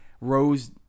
Rose